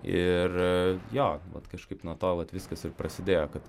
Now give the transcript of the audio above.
ir jo vat kažkaip nuo to vat viskas ir prasidėjo kad